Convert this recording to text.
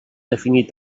definir